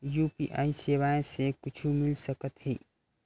UPI सेवाएं से कुछु मिल सकत हे?